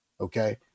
Okay